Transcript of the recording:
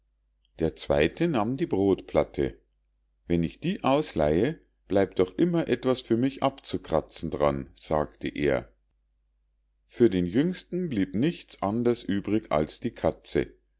der zweite nahm die brodplatte wenn ich die ausleihe bleibt doch immer etwas für mich abzukratzen dran sagte er für den jüngsten blieb nichts anders übrig als die katze